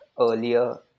earlier